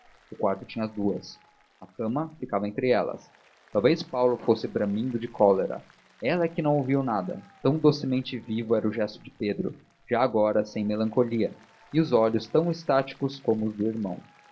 o quarto tinha duas a cama ficava entre elas talvez paulo fosse bramindo de cólera ela é que não ouviu nada tão docemente vivo era o gesto de pedro já agora sem melancolia e os olhos tão extáticos como os do irmão